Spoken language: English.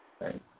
Right